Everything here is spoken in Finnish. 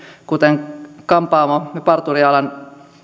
kuten kampaamo ja parturialan